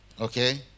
Okay